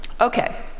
Okay